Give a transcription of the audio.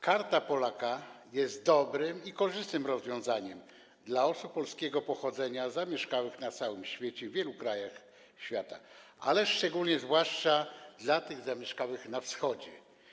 Karta Polaka jest dobrym i korzystnym rozwiązaniem dla osób polskiego pochodzenia zamieszkałych na całym świecie, w wielu krajach świata, ale zwłaszcza dla tych zamieszkałych na Wschodzie.